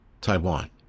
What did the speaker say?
taiwan